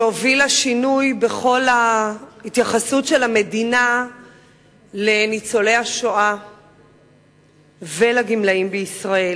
שהובילה שינוי בכל ההתייחסות של המדינה לניצולי השואה ולגמלאים בישראל.